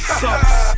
sucks